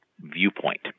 viewpoint